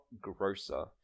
grosser